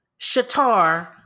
Shatar